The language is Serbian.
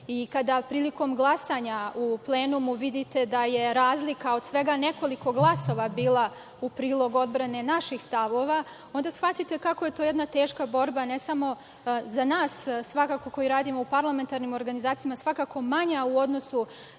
i kada prilikom glasanja u plenumu vidite da je razlika od svega nekoliko glasova bila u prilog odbrane naših stanova, onda shvatite kako je to jedna teška borba ne samo za nas koji radimo u parlamentarnim organizacijama, svakako manja u odnosu